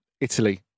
italy